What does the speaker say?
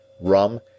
rum